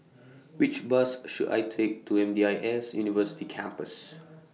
Which Bus should I Take to M D I S University Campus